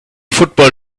football